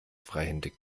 freihändig